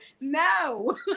No